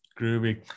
groovy